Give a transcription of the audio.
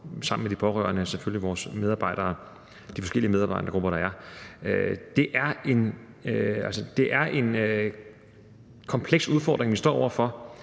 ældreplejen. Det er selvfølgelig hos de ældre, de pårørende og de forskellige medarbejdergrupper, der er. Det er en kompleks udfordring, vi står over for,